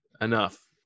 enough